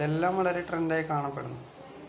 ഇതെല്ലാം വളരെ ട്രെൻഡ് ആയി കാണപ്പെടുന്നു